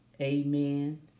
Amen